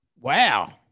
Wow